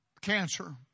cancer